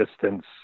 distance